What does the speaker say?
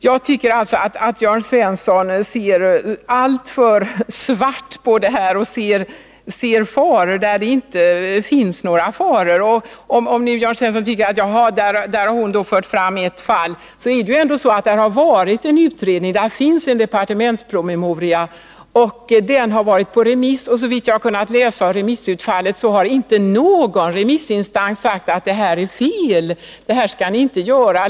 Jag tycker alltså att Jörn Svensson ser alltför svart på det här och ser faror där det inte finns några faror, Om Jörn Svensson tycker att jag bara har fört fram ett fall, så vill jag säga att det ju där har skett en utredning och det finns en departementspromemoria. Den har varit på remiss, och såvitt jag har kunnat se av remissutfallet har inte någon remissinstans sagt att det som föreslås är fel eller att man inte skall följa förslagen.